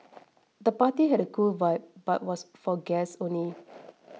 the party had a cool vibe but was for guests only